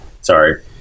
Sorry